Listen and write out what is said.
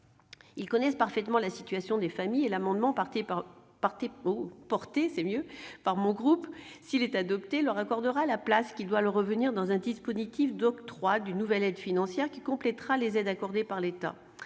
Ils connaissent parfaitement la situation des familles. S'il est adopté, l'amendement déposé par mon groupe leur accordera la place qui doit leur revenir dans un dispositif d'octroi d'une nouvelle aide financière qui complétera les aides accordées par l'État.